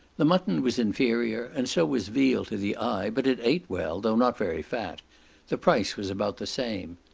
the mutton was inferior, and so was veal to the eye, but it ate well, though not very fat the price was about the same.